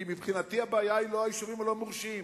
כי מבחינתי הבעיה היא לא היישובים הלא-מורשים.